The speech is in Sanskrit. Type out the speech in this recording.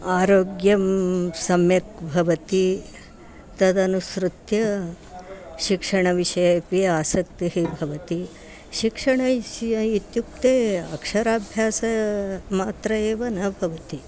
आरोग्यं सम्यक् भवति तदनुसृत्य शिक्षणविषये अपि आसक्तिः भवति शिक्षणस्य इत्युक्ते अक्षराभ्यासमात्रम् एव न भवति